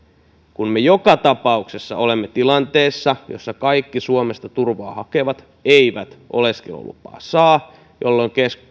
kategoriaa me joka tapauksessa olemme tilanteessa jossa kaikki suomesta turvaa hakevat eivät oleskelulupaa saa jolloin